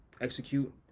execute